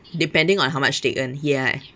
depending on how much they earn ya